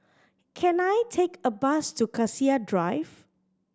can I take a bus to Cassia Drive